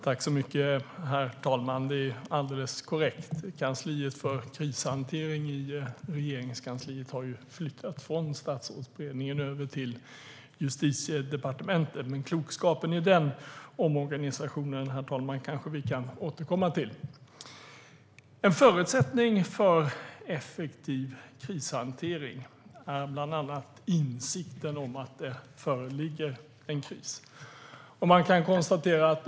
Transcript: Herr talman! Det är alldeles korrekt att kansliet för krishantering i Regeringskansliet har flyttats från Statsrådsberedningen till Justitiedepartementet. Klokskapen i den omorganisationen kanske vi kan återkomma till. En förutsättning för effektiv krishantering är bland annat insikten om att det föreligger en kris.